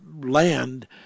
land